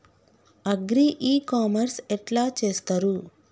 Agri e commerce ఎట్ల చేస్తరు?